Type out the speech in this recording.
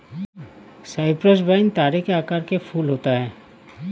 Cyprus vine तारे के आकार के फूल होता है